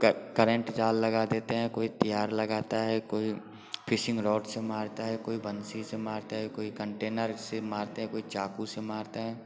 current जाल लगा देता है कोई त्यार लगाता है कोई फिशिंग रॉड से मारता है कोई बंसी से मारता है कोई कंटेनर से मारते हैं कोई चाकू से मारता है